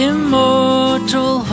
Immortal